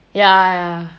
ya ya